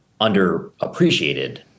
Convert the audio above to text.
underappreciated